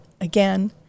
again